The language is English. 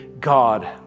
God